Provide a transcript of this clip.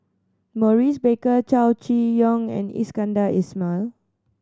Maurice Baker Chow Chee Yong and Iskandar Ismail